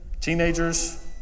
teenagers